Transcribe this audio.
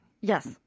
Yes